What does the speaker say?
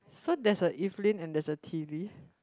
so that's a and that's a t_v